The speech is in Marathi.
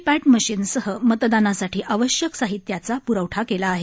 पप्त मशिनसह मतदानासाठी आवश्यक साहित्याचा प्रवठा केला आहे